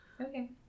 Okay